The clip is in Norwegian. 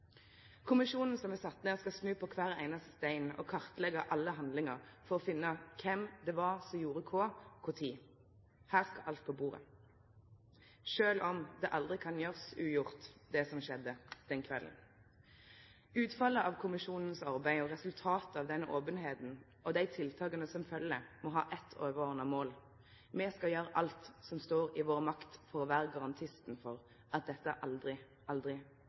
Kommisjonen som er sett ned, skal snu på kvar einaste stein og kartleggje alle handlingar for å finne ut kven som gjorde kva og til kva tid. Her skal alt på bordet, sjølv om det aldri kan gjerast ugjort det som skjedde den kvelden. Utfallet av kommisjonens arbeid, resultatet av openheita og dei tiltaka som følgjer, må ha eit overordna mål: Me skal gjere alt som står i vår makt for å vere garantisten for at dette aldri, aldri